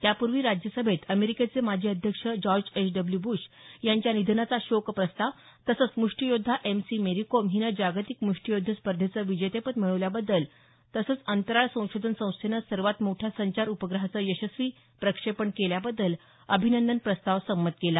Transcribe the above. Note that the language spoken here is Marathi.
त्यापूर्वी राज्यसभेत अमेरिकेचे माजी अध्यक्ष जॉर्ज एच डब्ल्यू ब्रुश यांच्या निधनाचा शोकप्रस्ताव तसंच मुष्टीयोध्दा एम सी मेरीकोम हिने जागतिक मृष्टीयुद्ध स्पर्धेचं विजेतेपद मिळवल्याबद्दल तसंच अंतराळ संशोधन संस्थेनं सर्वात मोठ्या संचार उपग्रहाचं यशस्वी प्रक्षेपण केल्याबद्दल अभिनंदन प्रस्ताव संमत केला